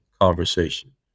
conversation